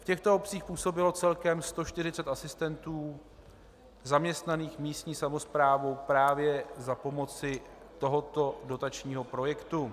V těchto obcích působilo celkem 146 asistentů zaměstnaných místní samosprávou právě za pomoci tohoto dotačního projektu.